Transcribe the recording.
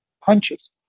punches